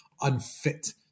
unfit